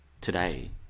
today